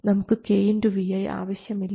നമുക്ക് kVi ആവശ്യമില്ല